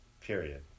period